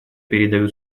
передаю